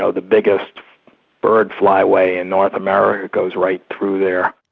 so the biggest bird flyway in north america goes right through there.